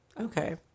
Okay